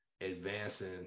advancing